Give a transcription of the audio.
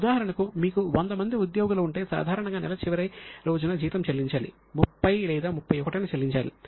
ఉదాహరణకు మీకు 100 మంది ఉద్యోగులు ఉంటే సాధారణంగా నెల చివరి రోజున జీతం చెల్లించాలి 30 లేదా 31 న చెల్లించాలి